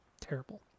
Terrible